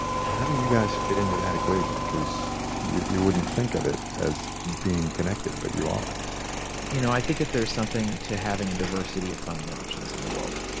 how do you guys fit into that equation? because you you wouldn't think of it as being connected, but you are you know, i think that there is something to having a diversity of funding options in the world.